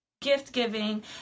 gift-giving